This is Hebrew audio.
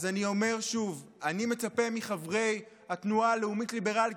אז אני אומר שוב: אני מצפה מחברי התנועה הלאומית הליברלית,